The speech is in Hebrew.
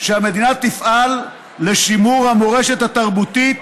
שהמדינה תפעל לשימור המורשת התרבותית,